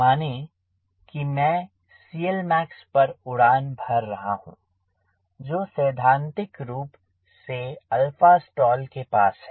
मानें कि मैं CLmax पर उड़ान भर रहा हूँ जो सैद्धांतिक रूप से है stall के पास है